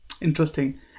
Interesting